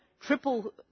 triple